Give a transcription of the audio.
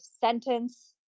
sentence